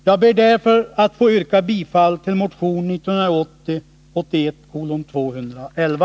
Jag ber därför att få yrka bifall till motion 1980/81:211.